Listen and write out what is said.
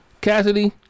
Cassidy